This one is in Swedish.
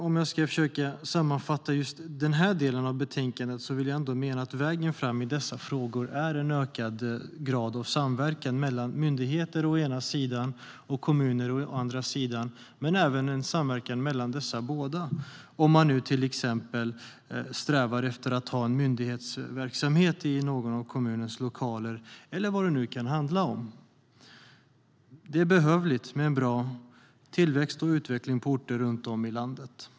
Om jag ska försöka sammanfatta just denna del av betänkandet vill jag ändå mena att vägen fram i dessa frågor är en ökad grad av samverkan mellan å ena sidan myndigheter och å andra sidan kommuner - men även samverkan mellan de båda, om man till exempel strävar efter att ha en myndighetsverksamhet i någon av kommunens lokaler eller vad det nu kan handla om. Det är behövligt med en bra tillväxt och utveckling på orter runt om i landet.